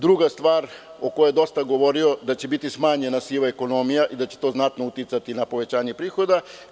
Druga stvar o kojoj je dosta govorio da će biti smanjena siva ekonomija i da će to uticati na povećanje prihoda.